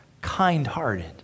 kind-hearted